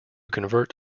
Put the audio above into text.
convert